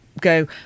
go